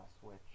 Switch